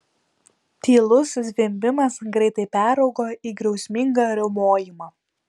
tylus zvimbimas greitai peraugo į griausmingą riaumojimą